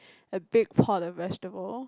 a big pot of vegetable